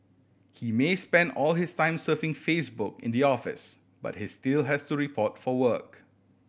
he may spend all his time surfing Facebook in the office but he still has to report for work